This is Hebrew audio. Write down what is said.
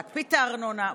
להקפיא את הארנונה.